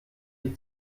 die